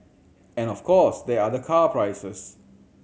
and of course there are the car prices